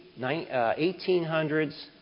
1800s